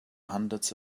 hundreds